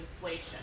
inflation